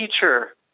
teacher